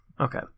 Okay